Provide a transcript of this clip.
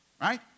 right